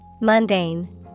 Mundane